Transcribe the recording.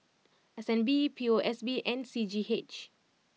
S N B P O S B and C G H